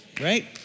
Right